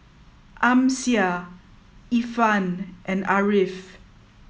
Amsyar Irfan and Ariff